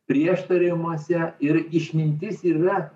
prieštaravimuose ir išmintis yra